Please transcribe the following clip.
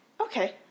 Okay